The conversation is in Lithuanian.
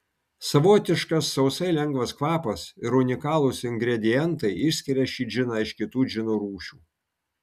savotiškas sausai lengvas kvapas ir unikalūs ingredientai išskiria šį džiną iš kitų džino rūšių